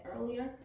earlier